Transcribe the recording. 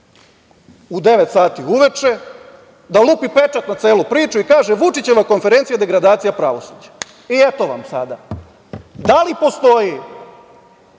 sati uveče da lupi pečat na celu priču i kaže – Vučićeva konferencija je degradacija pravosuđa. Eto vam sada. Da li postoji